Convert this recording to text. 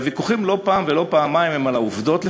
והוויכוחים לא פעם ולא פעמיים הם על העובדות,